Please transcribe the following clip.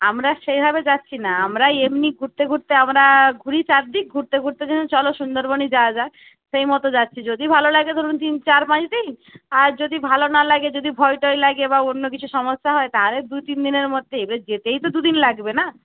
আমরা সেভাবে যাচ্ছি না আমরাই এমনি ঘুরতে ঘুরতে আমরা ঘুরি চারদিক ঘুরতে ঘুরতে যে চলো সুন্দরবনই যাওয়া যাক সেইমতো যাচ্ছি যদি ভালো লাগে ধরুন তিন চার পাঁচ দিন আর যদি ভালো না লাগে যদি ভয় টয় লাগে বা অন্য কিছু সমস্যা হয় তাহলে দু তিনদিনের মধ্যেই এবার যেতেই তো দুদিন লাগবে না